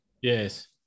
Yes